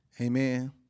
Amen